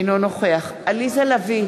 אינו נוכח עליזה לביא,